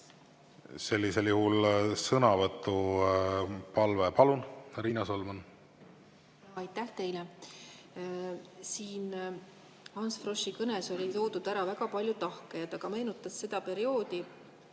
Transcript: Sellisel juhul sõnavõtu palve. Palun, Riina Solman! Aitäh teile! Siin Ants Froschi kõnes oli toodud ära väga palju tahke ja ta meenutas seda perioodi,